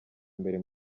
mbere